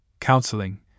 counseling